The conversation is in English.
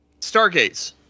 Stargates